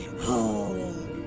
home